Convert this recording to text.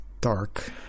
dark